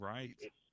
Right